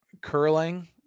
Curling